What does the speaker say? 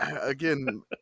again